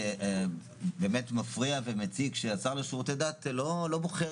באמת מפריע ומציק שהשר לשירותי דת לא בוחר